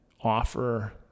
offer